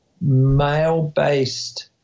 male-based